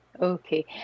Okay